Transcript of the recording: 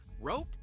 wrote